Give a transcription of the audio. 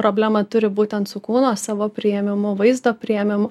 problemą turi būtent su kūno savo priėmimu vaizdo priėmimu